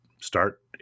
start